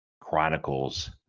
Chronicles